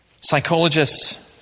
psychologists